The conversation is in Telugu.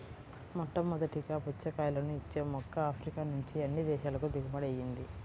మొట్టమొదటగా పుచ్చకాయలను ఇచ్చే మొక్క ఆఫ్రికా నుంచి అన్ని దేశాలకు దిగుమతి అయ్యింది